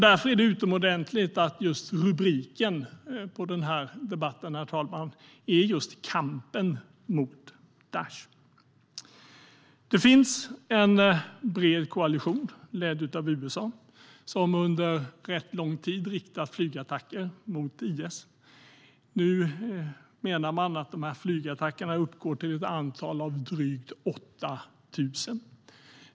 Därför är det utomordentligt att rubriken på denna debatt är just kampen mot Daish. Det finns en bred koalition, ledd av USA, som under rätt lång tid riktat flygattacker mot IS. Nu menar man att dessa flygattacker uppgår till ett antal av drygt 8 000.